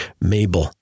Mabel